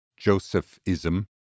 Josephism